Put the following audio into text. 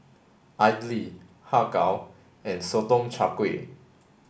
Idly Har Kow and Sotong Char Kway